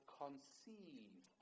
conceive